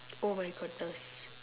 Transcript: oh my goodness